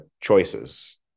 choices